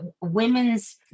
women's